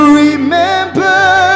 remember